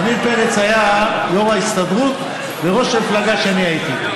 עמיר פרץ היה יו"ר ההסתדרות וראש המפלגה כשאני הייתי.